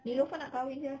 neelofa nak kahwin sia